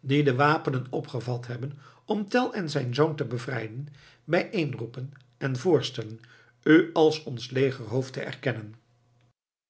die de wapenen opgevat hebben om tell en zijn zoon te bevrijden bijeen roepen en voorstellen u als ons legerhoofd te erkennen